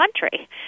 country